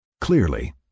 Clearly